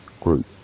group